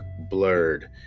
Blurred